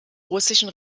russischen